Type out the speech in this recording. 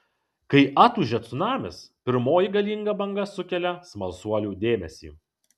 kai atūžia cunamis pirmoji galinga banga sukelia smalsuolių dėmesį